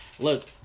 Look